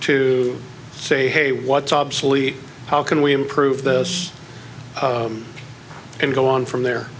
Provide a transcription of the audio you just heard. to say hey what's obsolete how can we improve this and go on from there